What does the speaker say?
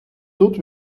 тут